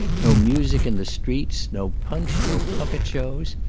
no music in the streets, no punch, no puppet-shows.